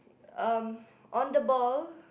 um on the ball